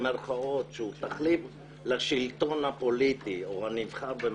שהוא תחליף לשלטון הפוליטי או "הנבחר".